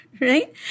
Right